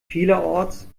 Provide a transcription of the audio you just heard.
vielerorts